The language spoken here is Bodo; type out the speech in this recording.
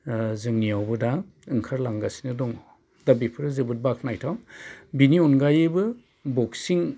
ओ जोंनियावबो दा ओंखारलांगासिनो दङ दा बेफोर जोबोद बाख्नायथाव बिनि अनगायैबो बक्सिं